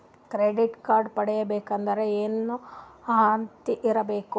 Credit card ಪಡಿಬೇಕಂದರ ಏನ ಅರ್ಹತಿ ಇರಬೇಕು?